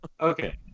Okay